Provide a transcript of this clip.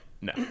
no